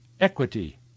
equity